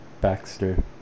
Baxter